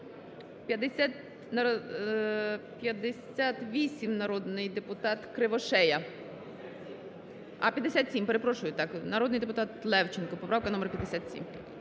58, народний депутат Кривошея. А, 57, перепрошую. Народний депутат Левченко, поправка номер 57.